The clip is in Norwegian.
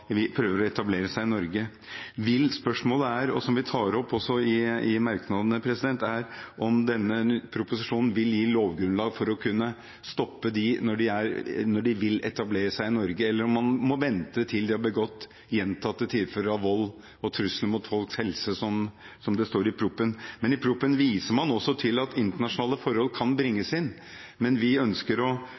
prøver å etablere seg i Norge. Spørsmålet, som vi også tar opp i merknadene, er om denne proposisjonen vil gi lovgrunnlag for å kunne stoppe dem når de vil etablere seg i Norge, eller om man må vente til de har begått gjentatte tilfeller av vold og trusler mot folks helse, som det står i proposisjonen. I proposisjonen viser man også til at internasjonale forhold kan bringes inn, men vi ønsker å